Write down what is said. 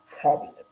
problem